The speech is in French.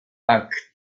actes